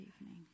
evening